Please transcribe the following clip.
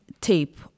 tape